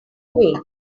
way